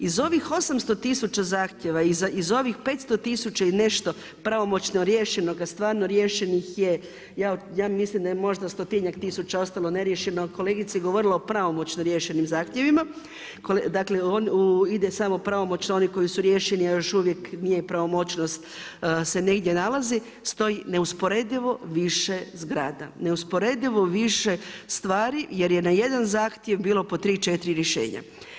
Iz ovih 800 tisuća zahtjeva iz ovih 500 tisuća i nešto pravomoćno riješenoga stvarno riješenih je ja mislim da je negdje stotinjak tisuća ostalo neriješeno, kolegica je govorila o pravomoćno riješenim zahtjevima, dakle ide samo pravomoćno oni koji su riješeni, a još uvijek nije pravomoćnost se negdje nalazi stoji neusporedivo više zgrada, neusporedivo više stvari jer je na jedan zahtjev bilo po 3,4 rješenja.